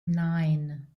nine